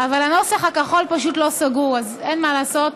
אבל הנוסח הכחול פשוט לא סגור, אז אין מה לעשות,